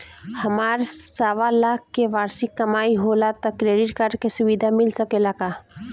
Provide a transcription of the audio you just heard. हमार सवालाख के वार्षिक कमाई होला त क्रेडिट कार्ड के सुविधा मिल सकेला का?